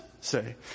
say